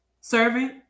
servant